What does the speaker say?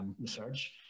research